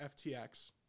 FTX